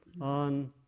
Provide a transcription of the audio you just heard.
on